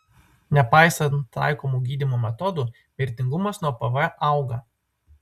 nepaisant taikomų gydymo metodų mirtingumas nuo pv auga